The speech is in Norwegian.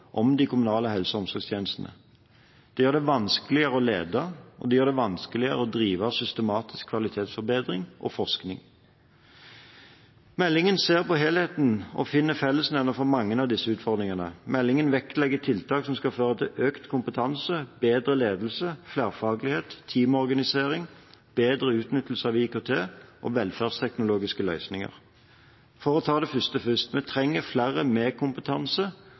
om de kommunale helse- og omsorgstjenestene. Det gjør det vanskelig å lede, og det gjør det vanskelig å drive systematisk kvalitetsforbedring og forskning. Meldingen ser på helheten og finner fellesnevnere for mange av disse utfordringene. Meldingen vektlegger tiltak som skal føre til økt kompetanse, bedre ledelse, flerfaglighet, teamorganisering, bedre utnyttelse av IKT og velferdsteknologiske løsninger. For å ta det første først: Vi trenger flere med kompetanse,